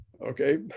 Okay